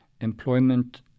employment